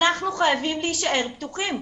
אנחנו חייבים להישאר פתוחים.